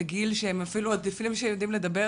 לפעמים עוד בגיל לפני שהם יודעים אפילו לדבר,